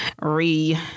Re